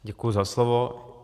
Děkuji za slovo.